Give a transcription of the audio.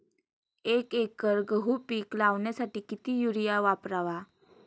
एक एकर गहू पीक लावण्यासाठी किती युरिया वापरावा?